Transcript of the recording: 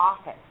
office